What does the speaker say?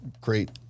great